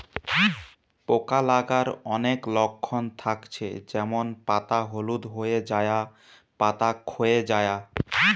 পোকা লাগার অনেক লক্ষণ থাকছে যেমন পাতা হলুদ হয়ে যায়া, পাতা খোয়ে যায়া